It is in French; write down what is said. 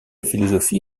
philosophie